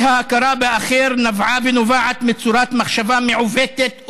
האי-הכרה באחר נבעה ונובעת מצורת מחשבה מעוותת ומעוותת,